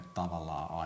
tavallaan